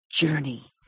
Journey